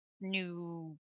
new